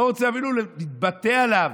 לא רוצה אפילו להתבטא עליו,